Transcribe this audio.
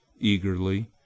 Eagerly